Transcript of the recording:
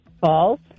False